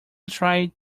tried